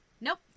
Nope